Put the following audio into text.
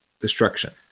destruction